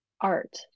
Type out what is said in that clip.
art